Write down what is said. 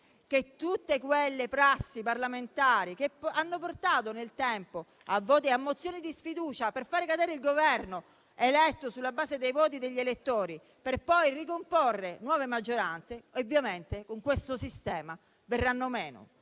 che tutte quelle prassi parlamentari che hanno portato nel tempo a mozioni di sfiducia per far cadere il Governo eletto sulla base dei voti degli elettori, per poi ricomporre nuove maggioranze, con questo sistema verranno meno